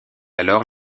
alors